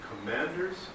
commanders